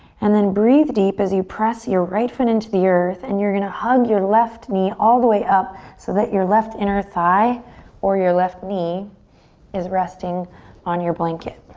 and then breathe deep as you press your right foot into the earth and you're gonna hug your left knee all the way up so that your left inner thigh or your left knee is resting on your blanket.